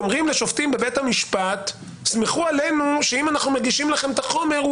אומרים לשופטים בבית המשפט: תסמכו עלינו שאם אנחנו מגישים לכם את החומר,